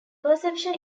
perception